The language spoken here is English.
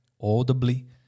audibly